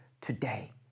today